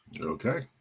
Okay